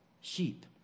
sheep